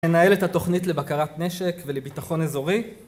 ננהל את התוכנית לבקרת נשק ולביטחון אזורי